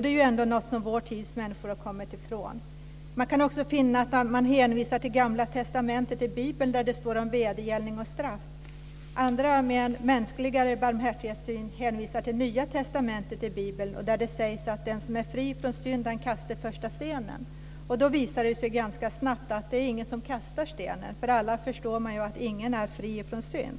Det är ju ändå något som vår tids människor har kommit ifrån. Man kan också finna att det hänvisas till Gamla testamentet i Bibeln där det står om vedergällning och straff. Andra, med en mänskligare barmhärtighetssyn, hänvisar till Nya testamentet i Bibeln där det sägs att den som är fri från synd kan kasta första stenen. Det visar sig då ganska snabbt att det inte är någon som kastar stenen. Alla förstår ju att ingen är fri från synd.